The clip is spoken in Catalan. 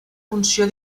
funció